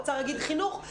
אוצר יגיד חינוך.